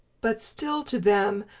but still, to them,